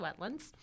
wetlands